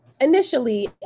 initially